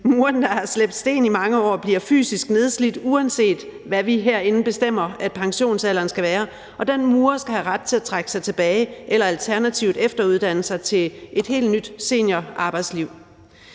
Mureren, der har slæbt sten i mange år, bliver fysisk nedslidt, uanset hvad vi herinde bestemmer, at pensionsalderen skal være, og den murer skal have ret til at trække sig tilbage eller alternativt efteruddanne sig til et helt nyt seniorarbejdsliv.